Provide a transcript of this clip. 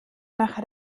nach